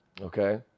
Okay